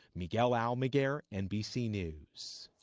miguel almaguer, nbc news.